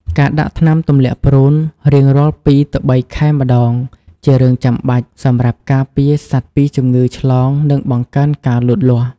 ការដាក់ថ្នាំទម្លាក់ព្រូនរៀងរាល់ពីរទៅបីខែម្ដងជារឿងចាំបាច់សម្រាប់ការពារសត្វពីជំងឺឆ្លងនិងបង្កើនការលូតលាស់។